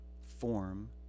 form